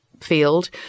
field